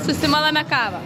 susimalame kavą